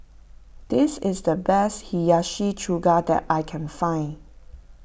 this is the best Hiyashi Chuka that I can find